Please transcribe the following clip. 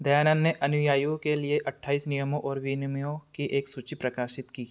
दयानंद ने अनुयायियों के लिए अट्ठाइस नियमों और विनियमों की एक सूची प्रकाशित की